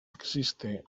existe